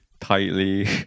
tightly